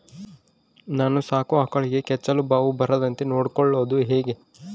ನಾನು ಸಾಕೋ ಆಕಳಿಗೆ ಕೆಚ್ಚಲುಬಾವು ಬರದಂತೆ ನೊಡ್ಕೊಳೋದು ಹೇಗೆ?